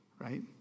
right